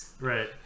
Right